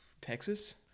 Texas